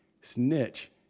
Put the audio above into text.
snitch